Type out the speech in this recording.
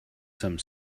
some